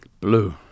Blue